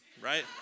right